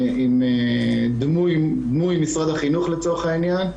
כמו במשרד החינוך לצורך העניין,